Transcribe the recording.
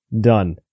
Done